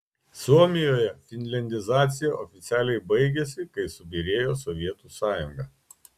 suomijoje finliandizacija oficialiai baigėsi kai subyrėjo sovietų sąjunga